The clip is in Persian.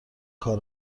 کار